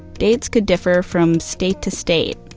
dates could differ from state to state,